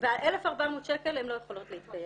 וה-1,400 שקל הן לא יכולות להתקיים.